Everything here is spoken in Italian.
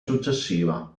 successiva